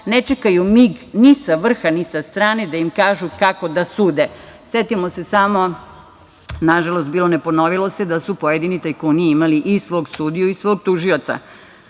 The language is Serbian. ne čekaju mig ni sa vrha, ni sa strane, da im kažu kako da sude. Setimo se samo, nažalost, bilo – ne ponovilo se, da su pojedini tajkuni imali i svog sudiju i svog tužioca.